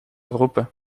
roepen